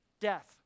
death